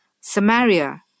Samaria